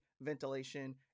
ventilation